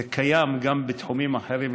זה קיים גם בתחומים אחרים,